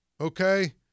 okay